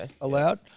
allowed